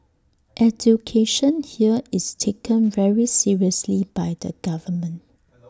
education here is taken very seriously by the government